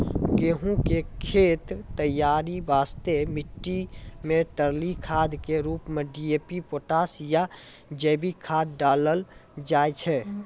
गहूम के खेत तैयारी वास्ते मिट्टी मे तरली खाद के रूप मे डी.ए.पी पोटास या जैविक खाद डालल जाय छै